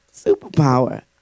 Superpower